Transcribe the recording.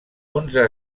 onze